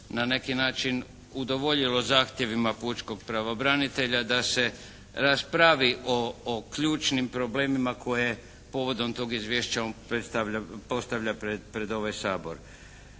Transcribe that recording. na neki način udovoljilo zahtjevima pučkog pravobranitelja da se raspravi o ključnim problemima koje povodom tog izvješća on postavlja pred ovaj Sabor.